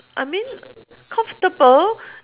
I mean comfortable